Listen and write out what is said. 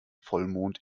vollmond